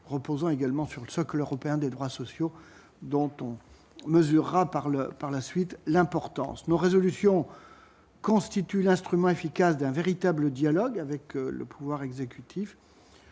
reposant également sur le socle européen des droits sociaux dont on mesurera par par la suite l'importance nos résolution constitue l'instrument efficace d'un véritable dialogue avec le pouvoir exécutif,